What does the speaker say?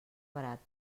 barat